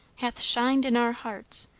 hath shined in our hearts,